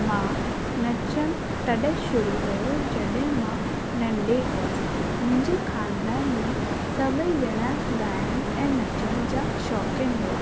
मां नचण तॾहिं शुरू कयो जॾे मां नंढी हुअसि मुंहिंजे खानदान में सभई ॼणा ॻाइणु ऐं नचण जा शौक़ीन हुआ